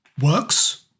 works